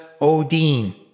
Odin